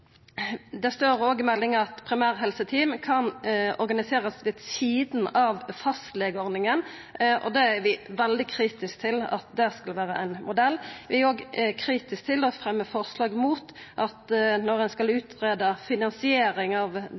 Det står òg i meldinga at primærhelseteam kan verta organisert ved sidan av fastlegeordninga, og vi er veldig kritiske til at det skal vera ein modell. Vi er òg kritisk til – og fremjar forslag imot – at når ein skal utreda finansiering av